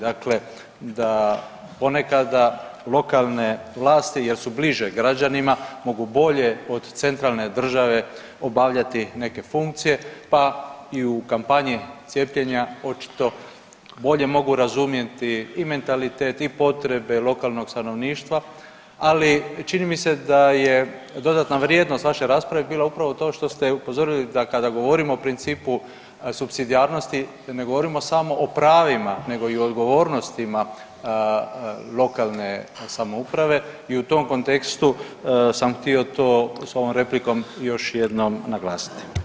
Dakle da ponekada lokalne vlasti jer su bliže građanima, mogu bolje od centralne države obavljati neke funkcije pa i u kampanji cijepljenja, očito bolje mogu razumjeti i mentalitet i potrebe lokalnog stanovništva, ali čini mi se da je dodatna vrijednost vaše rasprave bila upravo to što ste upozorili da kada govorimo o principu supsidijarnosti, ne govorimo samo o pravima nego i o odgovornostima lokalne samouprave i u tom kontekstu sam htio to s ovom replikom još jednom naglasiti.